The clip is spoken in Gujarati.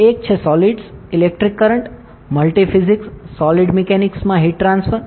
એક છે solids electric current multi physics solid મિકેનિક્સમાં હીટ ટ્રાન્સફર